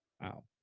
Wow